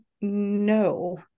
no